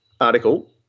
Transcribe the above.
article